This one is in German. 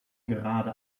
gerade